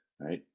right